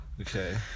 Okay